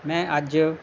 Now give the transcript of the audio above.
ਮੈਂ ਅੱਜ